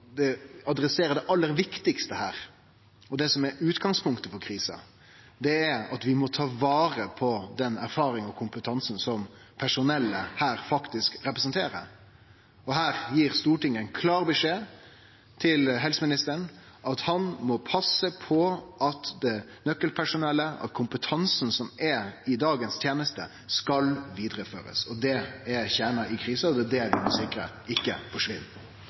det adresserer det aller viktigaste her, og det som er utgangspunktet for krisa: at vi må ta vare på den erfaringa og kompetansen som personellet her faktisk representerer. Og her gir Stortinget ein klar beskjed til helseministeren om at han må passe på at nøkkelpersonellet, at kompetansen som er i dagens teneste, skal vidareførast. Det er kjernen i krisa, og det er det vi må sikre